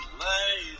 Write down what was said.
lay